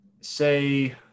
say